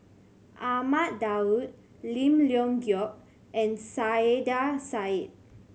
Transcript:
Ahmad Daud Lim Leong Geok and Saiedah Said